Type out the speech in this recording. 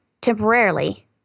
temporarily